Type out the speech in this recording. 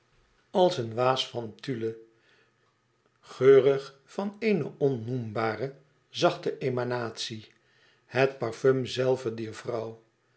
als een waas van tulle geurig van eene onnoembare zachte emanatie het parfum zelve dier vrouw